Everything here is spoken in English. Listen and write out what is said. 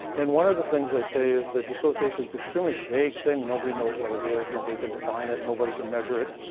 and one of the things they say is that dissociation's an extremely vague thing, nobody knows what it is, nobody can define it, nobody can measure it.